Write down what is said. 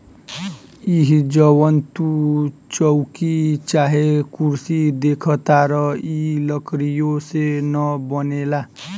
हइ जवन तू चउकी चाहे कुर्सी देखताड़ऽ इ लकड़ीये से न बनेला